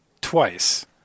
twice